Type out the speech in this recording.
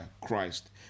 Christ